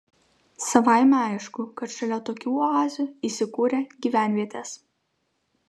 savaime aišku kad šalia tokių oazių įsikūrė gyvenvietės